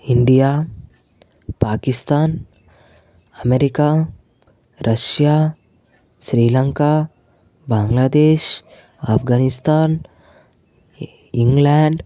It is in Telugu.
India Pakistan America Russia Sri Lanka Bangladesh Afghanistan ఇ ఇంగ్లాండ్